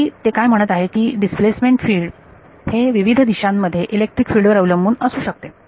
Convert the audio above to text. तरी ते काय म्हणत आहे की डिस्प्लेसमेंट फिल्ड हे विविध दिशांमध्ये इलेक्ट्रिक फिल्ड वर अवलंबून असू शकते